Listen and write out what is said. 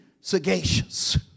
sagacious